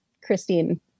Christine